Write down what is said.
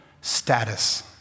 status